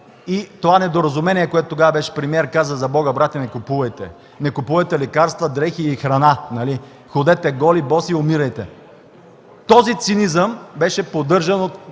И това недоразумение, което тогава беше премиер, каза: „За Бога, братя, не купувайте!” Не купувайте лекарства, дрехи и храна, нали? Ходете голи, боси и умирайте. Този цинизъм беше поддържан от